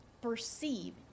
perceive